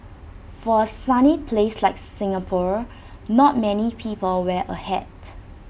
for A sunny place like Singapore not many people wear A hat